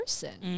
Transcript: person